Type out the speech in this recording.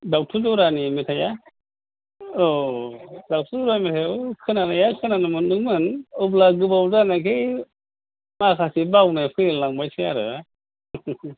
दाउथु ज'रानि मेथायआ औ औ दाउथु ज'रा मेथायखौ खोनानाया खोनानो मोनदोंमोन अब्लाबो गोबाव जानायखाय माखासे बावलाय लांबायसो आरो